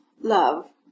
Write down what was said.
love